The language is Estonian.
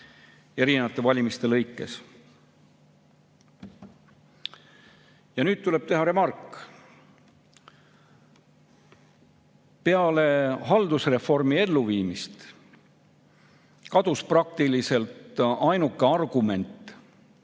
Nüüd tuleb teha remark. Peale haldusreformi elluviimist kadus praktiliselt ainuke argument,